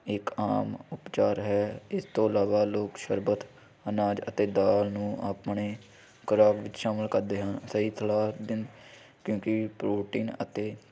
ਇੱਕ ਆਮ ਉਪਚਾਰ ਹੈ ਇਸ ਤੋਂ ਇਲਾਵਾ ਲੋਕ ਸ਼ਰਬਤ ਅਨਾਜ ਅਤੇ ਦਾਲ ਨੂੰ ਆਪਣੇ ਖੁਰਾਕ ਵਿੱਚ ਸ਼ਾਮਿਲ ਕਰਦੇ ਹਨ ਸਹੀ ਤਰਾਂ ਕਿਉਂਕਿ ਪ੍ਰੋਟੀਨ ਅਤੇ